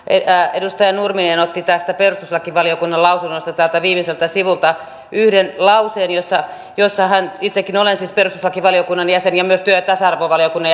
edustaja nurminen otti tästä perustuslakivaliokunnan lausunnosta täältä viimeiseltä sivulta yhden lauseen ja hän itsekin olen siis perustuslakivaliokunnan jäsen ja myös työ ja ja tasa arvovaliokunnan